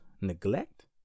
neglect